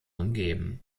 umgeben